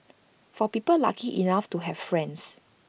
for people lucky enough to have friends